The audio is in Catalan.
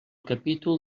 capítol